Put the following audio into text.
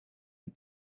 and